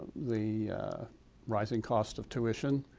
the rising cost of tuition,